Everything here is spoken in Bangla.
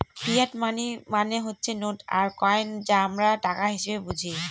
ফিয়াট মানি মানে হচ্ছে নোট আর কয়েন যা আমরা টাকা হিসেবে বুঝি